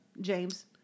James